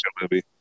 movie